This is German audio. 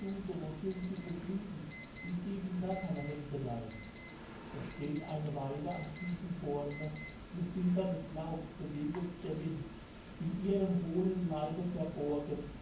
wo sind geblieben die sieben natternhemdelein es steht eine weide am tiefen borne ihr silbernes laub beweget der wind in ihrem hohlen leibe verborgen